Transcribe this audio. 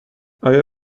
آیا